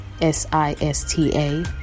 S-I-S-T-A